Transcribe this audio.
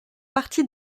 partie